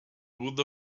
with